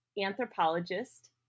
anthropologist